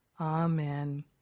Amen